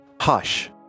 hush